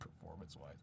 performance-wise